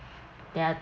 there are